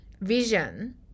vision